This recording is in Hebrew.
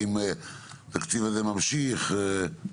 האם התקציב הזה ממשיך?